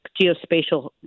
geospatial